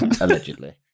Allegedly